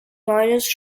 finance